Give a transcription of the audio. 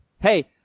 Hey